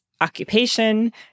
occupation